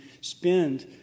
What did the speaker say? spend